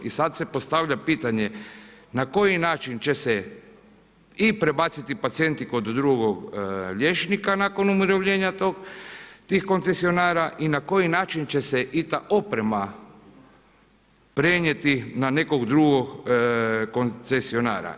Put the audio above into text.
I sad se postavlja pitanje na koji način će se i prebaciti pacijenti kod drugog liječnika nakon umirovljenja tih koncesionara i na koji način će se i ta oprema prenijeti na nekog drugog koncesionara.